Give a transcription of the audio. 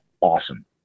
awesome